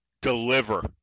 deliver